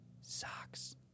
SOCKS